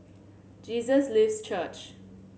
Jesus Lives Church